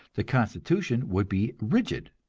the constitution would be rigid,